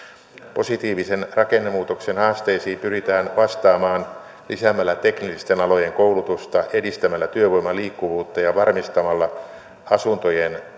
positiivisen rakennemuutoksen haasteisiin pyritään vastaamaan lisäämällä teknillisten alojen koulutusta edistämällä työvoiman liikkuvuutta ja varmistamalla asuntojen